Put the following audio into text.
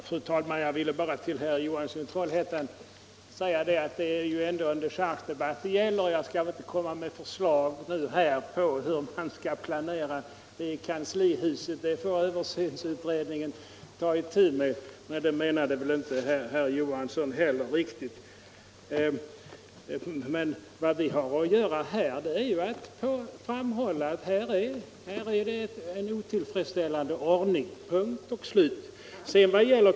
Fru talman! Jag vill bara till herr Johansson i Trollhättan säga att det ändå är en dechargedebatt det gäller. Jag skall väl inte komma med förslag nu på hur planeringen i kanslihuset skall ske; det får översynsutredningen ta itu med. Men det menade väl inte heller herr Johansson riktigt. 47 Vad vi har att göra här är att framhålla att ordningen beträffande propositionsavlämnandet är otillfredsställande — punkt och slut.